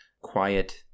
quiet